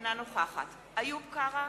אינה נוכחת איוב קרא,